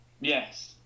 Yes